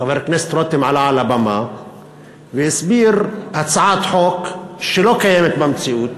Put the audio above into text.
חבר הכנסת רותם עלה על הבמה והסביר הצעת חוק שלא קיימת במציאות,